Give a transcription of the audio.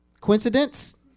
Coincidence